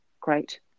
great